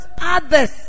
others